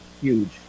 huge